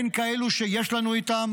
כאלו שיש לנו איתם